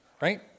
right